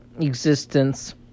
existence